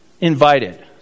invited